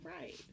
right